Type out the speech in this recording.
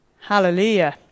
Hallelujah